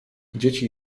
dzieci